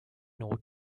note